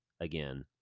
again